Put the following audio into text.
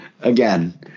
Again